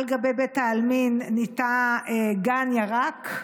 על גבי בית העלמין ניטע גן ירק,